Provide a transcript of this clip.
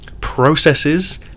processes